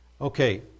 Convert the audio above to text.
Okay